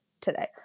today